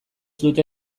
dute